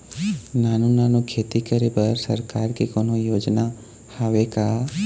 नानू नानू खेती करे बर सरकार के कोन्हो योजना हावे का?